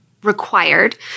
Required